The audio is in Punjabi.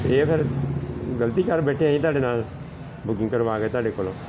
ਇਹ ਫਿਰ ਗਲਤੀ ਕਰ ਬੈਠੇ ਅਸੀਂ ਤੁਹਾਡੇ ਨਾਲ ਬੁਕਿੰਗ ਕਰਵਾ ਕੇ ਤੁਹਾਡੇ ਕੋਲੋਂ